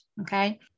okay